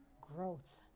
growth